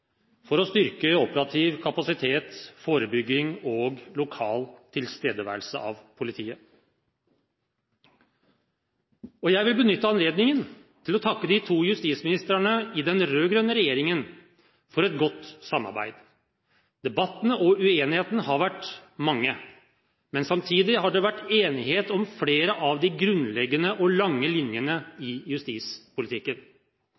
for å styrke operativ kapasitet, forebygging og lokal tilstedeværelse av politiet. Jeg vil benytte anledningen til å takke de to justisministrene i den rød-grønne regjeringen for et godt samarbeid. Debattene og uenighetene har vært mange. Men samtidig har det vært enighet om flere av de grunnleggende og lange linjene